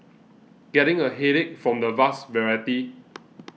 getting a headache from the vast variety